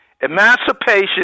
emancipation